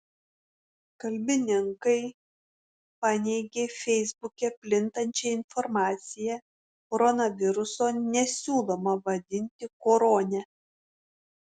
kalbininkai paneigė feisbuke plintančią informaciją koronaviruso nesiūloma vadinti korone